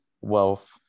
wealth